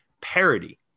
parody